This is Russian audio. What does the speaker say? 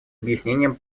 объяснением